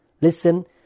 Listen